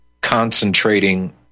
concentrating